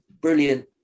brilliant